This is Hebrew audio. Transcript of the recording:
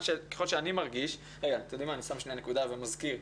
שככל שאני מרגיש אני שם שנייה נקודה ומזכיר,